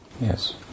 Yes